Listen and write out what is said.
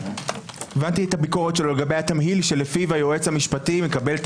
הבנתי את הביקורת שלו לגבי התמהיל שלפיו היועץ המשפטי מקבל את